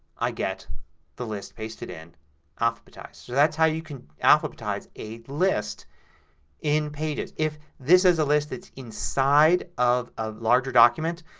i get the list pasted in alphabetized. so that's how you can alphabetize a list in pages. if this is a list inside of a larger document,